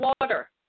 water